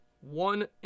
One